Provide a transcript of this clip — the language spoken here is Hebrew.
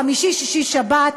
בחמישי-שישי-שבת,